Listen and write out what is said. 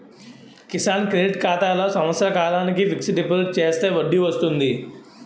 Kisan credit ఖాతాలో సంవత్సర కాలానికి ఫిక్స్ డిపాజిట్ చేస్తే వడ్డీ వస్తుంది